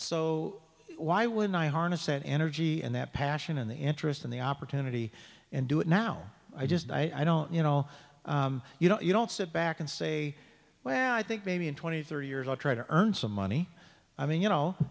so why would i harness that energy and that passion and the interest in the opportunity and do it now i just i don't you know you know you don't sit back and say well i think maybe in twenty thirty years i'll try to earn some money i mean you know